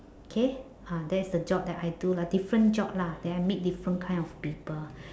K ah that's the job that I do lah different job lah then I meet different kind of people